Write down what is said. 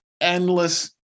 endless